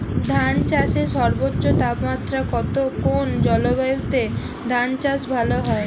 ধান চাষে সর্বোচ্চ তাপমাত্রা কত কোন জলবায়ুতে ধান চাষ ভালো হয়?